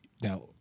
Now